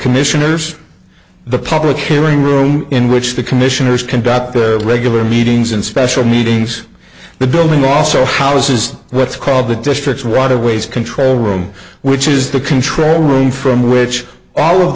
commissioners the public hearing room in which the commissioners conduct the regular meetings in special meetings the building also houses what's called the districts waterways control room which is the control room from which all of